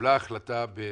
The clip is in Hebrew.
התקבלה החלטה ב-2018,